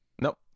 Nope